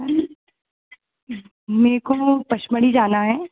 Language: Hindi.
मेको पचमढ़ी जाना है